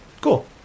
Cool